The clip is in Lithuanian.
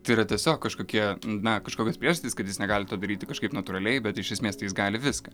tai yra tiesiog kažkokie na kažkokios priežastys kad jis negali to daryti kažkaip natūraliai bet iš esmės tai jis gali viską